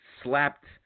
slapped